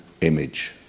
image